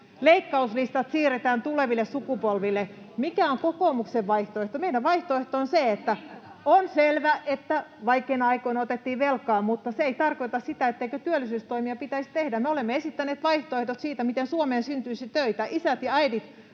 leikkauslistat siirretään tuleville sukupolville. Mikä on kokoomuksen vaihtoehto? Meidän vaihtoehtomme on se, että... [Maria Guzenina: Leikata!] On selvää, että vaikeina aikoina otettiin velkaa, mutta se ei tarkoita sitä, etteikö työllisyystoimia pitäisi tehdä. Me olemme esittäneet vaihtoehdot siitä, miten Suomeen syntyisi töitä. Isät ja äidit,